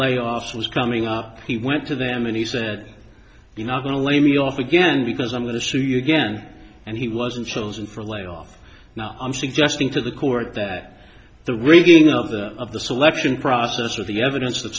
layoffs was coming up he went to them and he said you are going to lay me off again because i'm going to sue you again and he wasn't chosen for a layoff now i'm suggesting to the court that the rigging of the of the selection process or the evidence